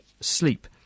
sleep